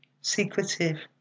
secretive